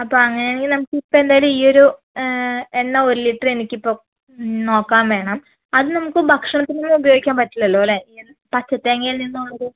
അപ്പോൾ അങ്ങനെയാണെങ്കിൽ നമുക്കിപ്പം എന്തായാലും ഈയൊരു എണ്ണ ഒരു ലിറ്ററ് എനിക്കിപ്പം നോക്കാൻ വേണം അപ്പം അത് നമുക്ക് ഭക്ഷണത്തിനോടൊന്നും ഉപയോഗിക്കാൻ പറ്റില്ലല്ലോ അല്ലേ പച്ചത്തേങ്ങയിൽ നിന്നുള്ളത്